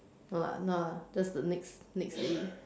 no lah no lah just the next next day